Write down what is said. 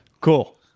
Cool